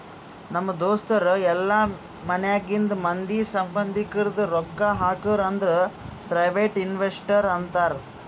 ನಮ್ ದೋಸ್ತರು ಇಲ್ಲಾ ಮನ್ಯಾಗಿಂದ್ ಮಂದಿ, ಸಂಭಂದಿಕ್ರು ರೊಕ್ಕಾ ಹಾಕುರ್ ಅಂದುರ್ ಪ್ರೈವೇಟ್ ಇನ್ವೆಸ್ಟರ್ ಅಂತಾರ್